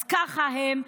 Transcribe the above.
אז ככה הם,